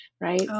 Right